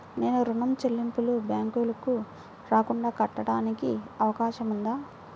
నేను ఋణం చెల్లింపులు బ్యాంకుకి రాకుండా కట్టడానికి అవకాశం ఉందా?